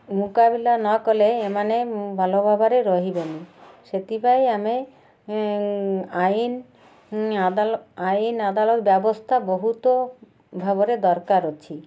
ମୁକାବିଲା ନ କଲେ ଏମାନେ ଭଲ ଭାବରେ ରହିବେନି ସେଥିପାଇଁ ଆମେ ଆଇନ ଆଦଲ ଆଇନ ଅଦାଲତ ବ୍ୟବସ୍ଥା ବହୁତ ଭାବରେ ଦରକାର ଅଛି